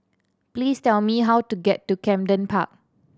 please tell me how to get to Camden Park